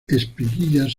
espiguillas